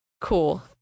Cool